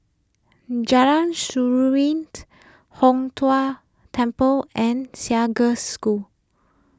Jalan Seruling Hong Tho Temple and Haig Girls' School